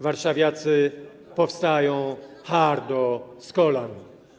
Warszawiacy powstają hardo z kolan.